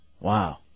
Wow